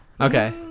Okay